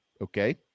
Okay